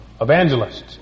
evangelists